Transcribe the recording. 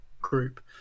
group